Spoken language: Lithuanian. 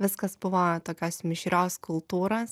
viskas buvo tokios mišrios kultūros